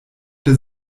der